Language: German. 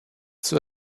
zur